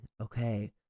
okay